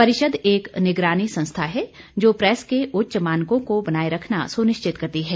परिषद एक निगरानी संस्था है जो प्रेस के उच्च मानकों को बनाए रखना सुनिश्चित करती है